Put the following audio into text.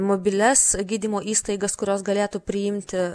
mobilias gydymo įstaigas kurios galėtų priimti